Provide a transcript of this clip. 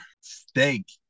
Steak